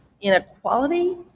inequality